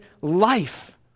life